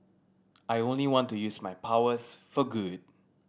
I only want to use my powers for good